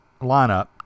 lineup